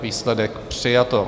Výsledek: přijato.